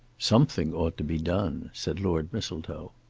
something ought to be done, said lord mistletoe.